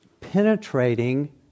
penetrating